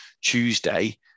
Tuesday